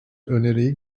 öneriyi